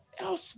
else